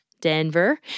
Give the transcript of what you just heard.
Denver